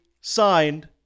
signed